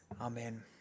Amen